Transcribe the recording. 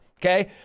Okay